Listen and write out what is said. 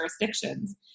jurisdictions